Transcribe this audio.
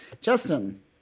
justin